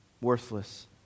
worthless